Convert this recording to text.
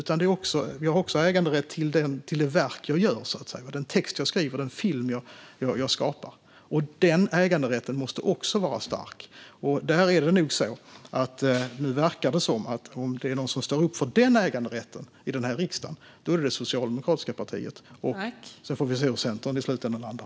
Man har också äganderätt till det verk man skapar, den text man skriver eller den film man gör. Denna äganderätt måste också vara stark. Det verkar som att de som står upp för denna äganderätt i riksdagen är Socialdemokraterna. Vi får se var Centern i slutänden landar.